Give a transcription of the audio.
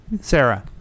Sarah